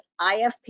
ifp